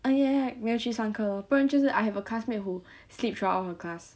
ah ya ya 没有去上课 lor 不然就是 I have a classmate who sleep for all her class